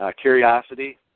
curiosity